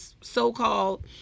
so-called